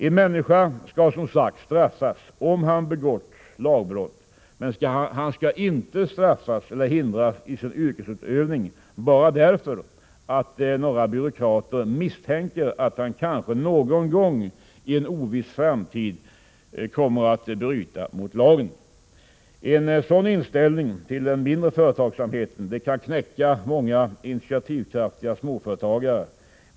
En människa skall som sagt straffas om han begått lagbrott, men han skall inte straffas eller hindras i sin yrkesutövning bara därför att några byråkrater misstänker att han kanske någon gång i en oviss framtid kommer att bryta mot lagen. En sådan inställning till den mindre företagsamheten kan knäcka många initiativkraftiga småföretagare.